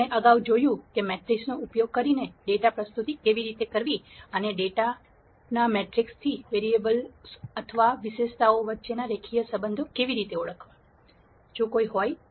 આપણે અગાઉ જોયુ કે મેટ્રિસનો ઉપયોગ કરીને ડેટા પ્રસ્તુતિ કેવી રીતે કરવી અને ડેટાના મેટ્રિક્સથી વેરીએબલ્સ અથવા વિશેષતાઓ વચ્ચે ના રેખીય સંબંધો કેવી રીતે ઓળખવા જો કોઈ હોય તો